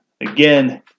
Again